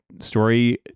story